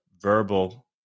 verbal